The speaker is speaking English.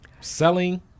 selling